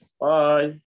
Bye